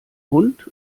hund